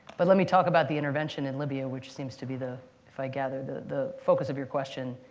but let me talk about the intervention in libya, which seems to be the if i gather, the the focus of your question.